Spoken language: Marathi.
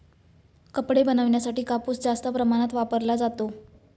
कपडे बनवण्यासाठी कापूस जास्त प्रमाणात वापरला जातो